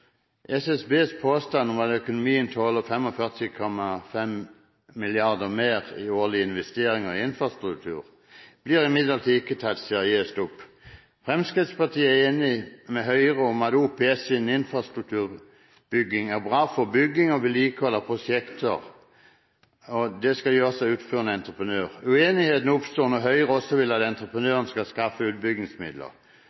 SSBs påstand om at økonomien tåler 45,5 mrd. kr mer i årlige investeringer i infrastruktur, blir imidlertid ikke tatt seriøst opp. Fremskrittspartiet er enig med Høyre om at OPS innen infrastrukturbygging er bra for bygging og vedlikehold av prosjekter, og det skal gjøres av utførende entreprenør. Uenigheten oppstår når Høyre også vil at